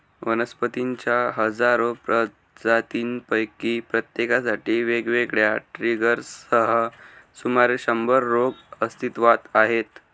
वनस्पतींच्या हजारो प्रजातींपैकी प्रत्येकासाठी वेगवेगळ्या ट्रिगर्ससह सुमारे शंभर रोग अस्तित्वात आहेत